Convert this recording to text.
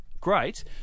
great